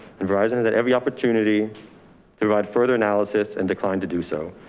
and verizon and at every opportunity provide further analysis and declined to do so.